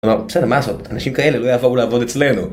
אמר, בסדר, מה לעשות? אנשים כאלה לא יבואו לעבוד אצלנו.